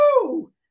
Woo